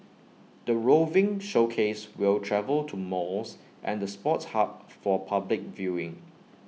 the roving showcase will travel to malls and the sports hub for public viewing